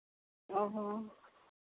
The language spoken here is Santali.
ᱚ ᱦᱚᱸ